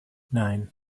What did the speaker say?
nine